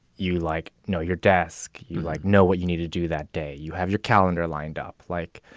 you like, know your desk. you like know what you need to do that day. you have your calendar lined up, like